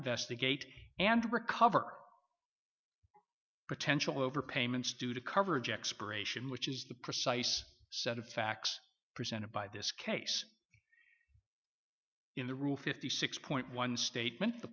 investigate and recover potential over payments due to coverage expiration which is the precise set of facts presented by this case in the rule fifty six point one statement the